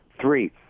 Three